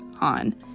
on